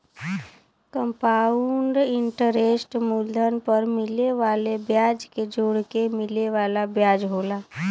compound interest मूलधन पर मिले वाले ब्याज के जोड़के मिले वाला ब्याज होला